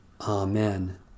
Amen